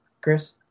Chris